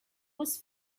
was